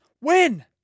Win